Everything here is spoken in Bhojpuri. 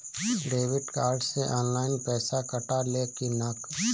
डेबिट कार्ड से ऑनलाइन पैसा कटा ले कि ना?